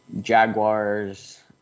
Jaguars